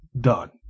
done